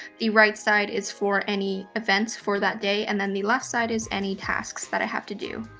the right side is for any events for that day and then the left side is any tasks that i have to do.